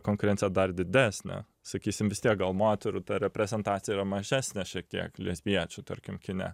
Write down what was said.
konkurencija dar didesnė sakysim vis tiek gal moterų ta reprezentacija yra mažesnė šiek tiek lesbiečių tarkim kine